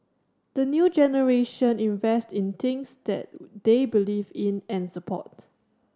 the new generation invest in things that they believe in and support